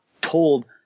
told